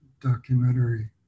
documentary